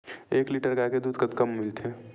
एक लीटर गाय के दुध कतका म मिलथे?